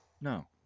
no